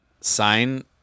sign